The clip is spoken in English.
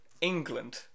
England